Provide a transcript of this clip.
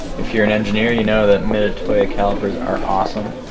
if you're an engineer you know that mitutoyo calipers are awesome.